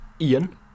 ian